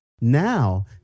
Now